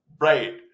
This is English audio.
Right